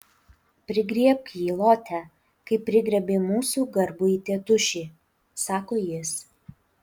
prigriebk jį lote kaip prigriebei mūsų garbųjį tėtušį sako jis